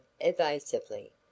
evasively